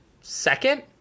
second